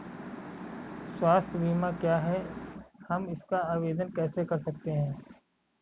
स्वास्थ्य बीमा क्या है हम इसका आवेदन कैसे कर सकते हैं?